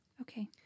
Okay